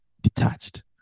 detached